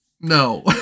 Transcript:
no